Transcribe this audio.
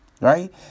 right